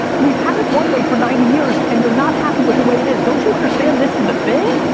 we've had it one way for ninety years, and you're not happy with the way it is. don't you understand this is the thing?